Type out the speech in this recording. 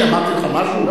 אני אמרתי לך משהו?